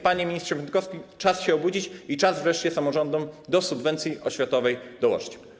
Panie ministrze Piontkowski, czas się obudzić i czas wreszcie samorządom do subwencji oświatowej dołożyć.